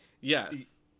Yes